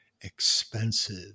expensive